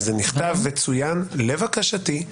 וזה נכתב וצוין לבקשתי.